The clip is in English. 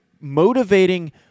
motivating